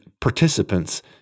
participants